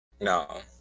no